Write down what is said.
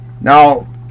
Now